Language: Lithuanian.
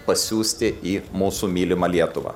pasiųsti į mūsų mylimą lietuvą